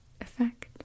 effect